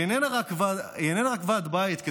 היא איננה רק לוועד בית,